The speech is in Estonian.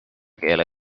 keele